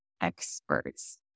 experts